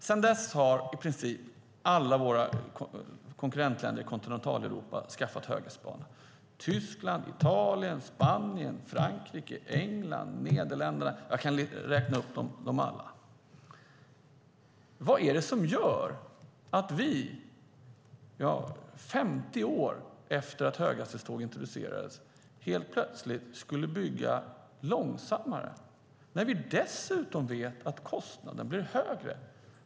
Sedan dess har i princip alla våra konkurrentländer i Kontinentaleuropa skaffat höghastighetståg: Tyskland, Italien, Spanien, Frankrike, Storbritannien, Nederländerna - jag skulle kunna räkna upp dem alla. Vad är det som gör att vi 50 år efter att höghastighetståg introducerades helt plötsligt ska bygga banor för långsammare tåg, när vi dessutom vet att kostnaden blir högre?